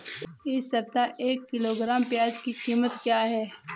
इस सप्ताह एक किलोग्राम प्याज की कीमत क्या है?